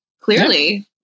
Clearly